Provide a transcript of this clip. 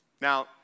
Now